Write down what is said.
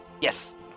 Yes